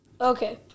Okay